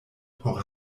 por